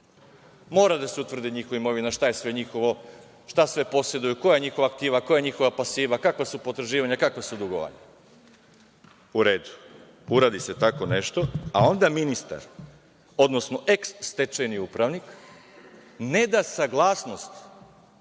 Mora da se utvrdi njihova imovina, šta je sve njihovo, šta sve poseduju, koja je njihova aktiva, koja je njihova pasiva, kakva su potraživanja, kakva su dugovanja. Uradi se tako nešto, a onda ministar, odnosno eh stečajni upravnik, ne da saglasnost